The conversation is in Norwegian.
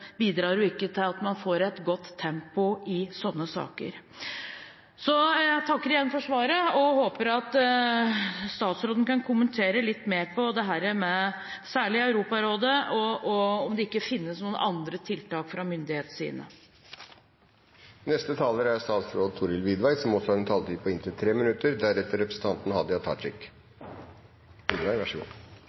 bidrar jo ikke til at man får et godt tempo i sånne saker. Jeg takker igjen for svaret og håper at statsråden kan kommentere litt mer, særlig dette med Europarådet og om det ikke finnes noen andre tiltak fra myndighetenes side. For det første mener jeg at det er viktig å bidra til en